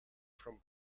from